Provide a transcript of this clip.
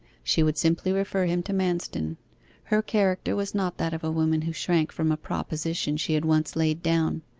she would simply refer him to manston her character was not that of a woman who shrank from a proposition she had once laid down.